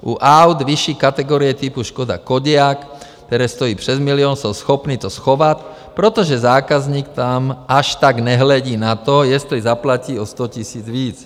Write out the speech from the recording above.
U aut vyšší kategorie typu Škoda Kodiaq, které stojí přes milion, jsou schopny to schovat, protože zákazník tam až tak nehledí na to, jestli zaplatí o 100 000 víc.